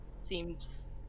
seems